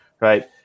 right